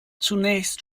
zunächst